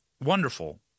wonderful